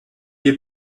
est